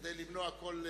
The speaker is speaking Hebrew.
כדי למנוע כל דברים.